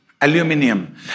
aluminium